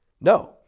No